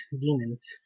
demons